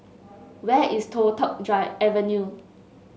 where is Toh Tuck Drive Avenue